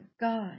God